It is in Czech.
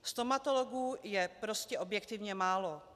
Stomatologů je prostě objektivně málo.